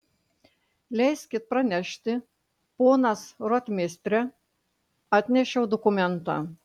leiskit pranešti ponas rotmistre atnešiau dokumentą